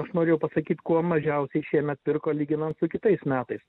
aš norėjau pasakyt kuo mažiausiai šiemet pirko lyginant su kitais metais